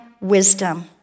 wisdom